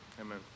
Amen